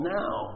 now